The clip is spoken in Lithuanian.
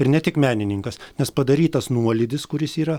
ir ne tik menininkas nes padarytas nuolydis kuris yra